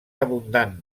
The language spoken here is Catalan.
abundant